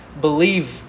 believe